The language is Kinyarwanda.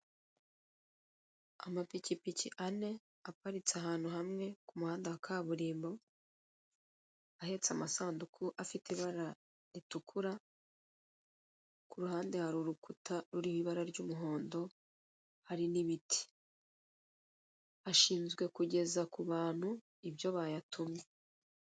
Amapikipiki ane aparitse ahantu hamwe ku muhanda wa kaburimbo, ahetse amasanduku afite ibara ritukura, ku ruhande hari urukuta ruriho ibara ry'umuhondo, hari n'ibiti. Ashinzwe kugeza ku bantu ibyo bayatumye.